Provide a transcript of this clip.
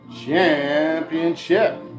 championship